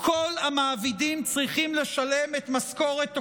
כל המעבידים צריכים לשלם את משכורת אוקטובר.